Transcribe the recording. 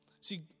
See